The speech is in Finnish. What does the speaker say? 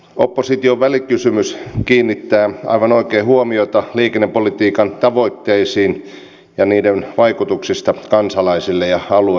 opposition välikysymys kiinnittää aivan oikein huomiota liikennepolitiikan tavoitteisiin ja niiden vaikutuksiin kansalaisiin ja alueisiimme